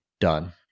done